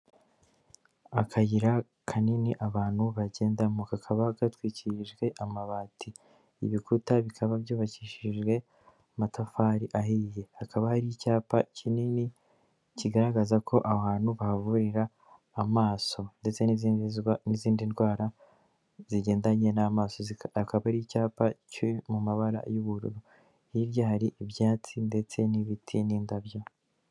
Akayira kanini abantu bagendamo kakaba gatwikirijwe amabati, ibikuta bikaba byubakishijwe amatafari ahiye, hakaba hari icyapa kinini kigaragaza ko ahantu bahavurira amaso ndetse n'izindi n'izindi ndwara zigendanye n'amaso akaba ari icyapa cyo mu mabara y'ubururu hirya hari ibyatsi ndetse n'ibiti n'indabyo.